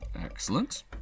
Excellent